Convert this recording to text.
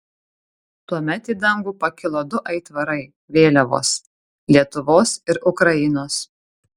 tuomet į dangų pakilo du aitvarai vėliavos lietuvos ir ukrainos